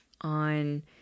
on